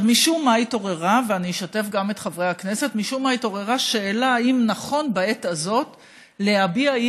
אני אשתף את חברי הכנסת: משום מה התעוררה שאלה אם נכון להביע בעת